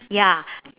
ya